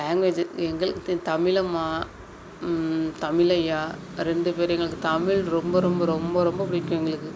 language எங்களுக்கு the Tamil அம்மா தமிழ் ஐயா ரெண்டு பேரும் எங்களுக்கு தமிழ் ரொம்ப ரொம்ப ரொம்ப ரொம்ப பிடிக்கும் எங்களுக்கு